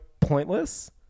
pointless